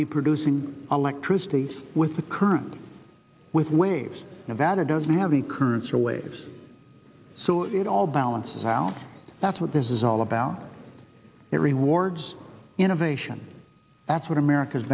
be producing electricity with the current with waves nevada doesn't have the currents or waves so it all balances out that's what this is all about it rewards innovation that's what america's